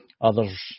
others